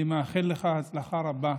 אני מאחל לך הצלחה רבה.